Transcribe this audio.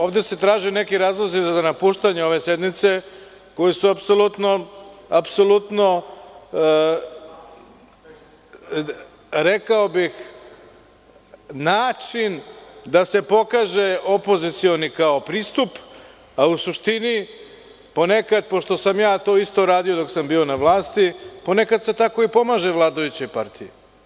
Ovde se traže neki razlozi za napuštanje ove sednice koji su apsolutno, rekao bih, način da se pokaže kao opozicioni pristup, a u suštini, ponekada, pošto sam i ja to isto radio dok sam bio na vlasti, ponekad se tako pomaže i vladajućoj partiji.